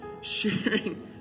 Sharing